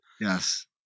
Yes